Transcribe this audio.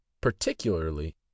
particularly